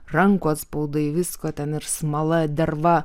rankų atspaudai visko ten ir smala derva